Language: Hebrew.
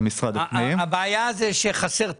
הבעיה זה שחסר תקציב?